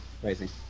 crazy